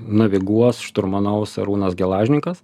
naviguos šturmanaus arūnas gelažnikas